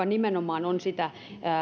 nimenomaan on sitä